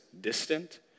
distant